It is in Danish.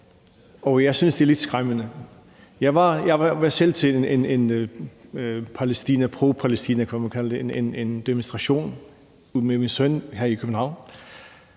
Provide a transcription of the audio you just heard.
Jeg synes, det er lidt skræmmende. Jeg var selv til en propalæstinademonstration med min søn her i København,